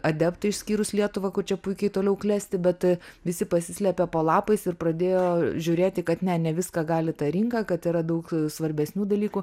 adeptai išskyrus lietuvą kur čia puikiai toliau klesti bet visi pasislepė po lapais ir pradėjo žiūrėti kad ne ne viską gali ta rinka kad yra daug svarbesnių dalykų